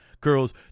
Girls